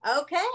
okay